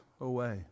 away